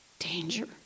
Danger